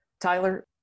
Tyler